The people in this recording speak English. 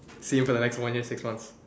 see him for the next one year six months